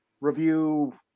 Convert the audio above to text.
review